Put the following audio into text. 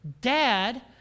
dad